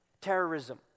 Terrorism